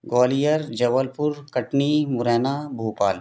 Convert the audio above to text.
Gwalior Jabalpur Katni Morena Bhopal